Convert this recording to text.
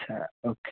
okay